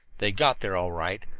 they got there all right.